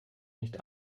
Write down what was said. nicht